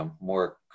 more